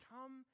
Come